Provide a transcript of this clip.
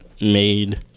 made